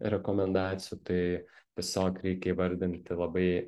rekomendacijų tai tiesiog reikia įvardinti labai